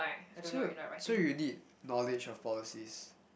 so so you did knowledge of policies